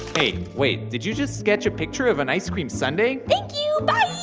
hey, wait. did you just sketch a picture of an ice cream sundae? thank you. bye.